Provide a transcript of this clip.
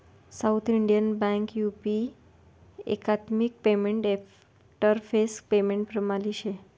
south Indian bank UP एकात्मिक payment interface payment प्रणाली शे